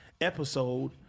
episode